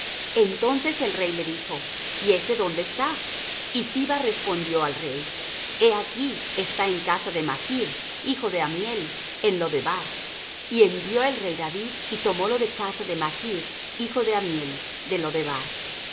entonces el rey le dijo y ése dónde está y siba respondió al rey he aquí está en casa de machr hijo de amiel en lodebar y envió el rey david y tomólo de casa de machr hijo de amiel de lodebar